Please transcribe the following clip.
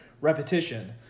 repetition